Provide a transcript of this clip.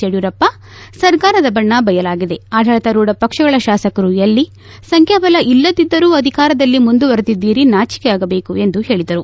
ಯಡಿಯೂರಪ್ಪ ಸರ್ಕಾರದ ಬಣ್ಣ ಬಯಲಾಗಿದೆ ಆಡಳಿತಾರೂಢ ಪಕ್ಷಗಳ ಶಾಸಕರು ಎಲ್ಲಿ ಸಂಖ್ಯಾಬಲ ಇಲ್ಲದಿದ್ದರೂ ಅಧಿಕಾರದಲ್ಲಿ ಮುಂದುವರೆದಿದ್ದೀರಿ ನಾಚಿಕೆಯಾಗದೇಕು ಎಂದು ಹೇಳಿದರು